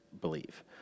believe